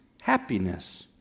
happiness